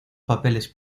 papeles